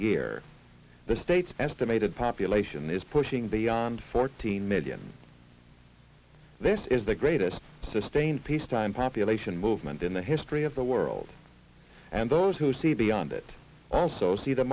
year the state's estimated population is pushing beyond fourteen million this is the greatest sustained peacetime population movement in the history of the world and those who see beyond it also see the